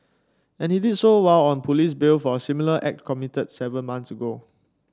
and he did so while on police bail for a similar act committed seven months ago